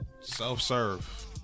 Self-serve